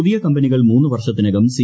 പുതിയ കമ്പനികൾ മൂന്നു വർഷത്തിനകം സി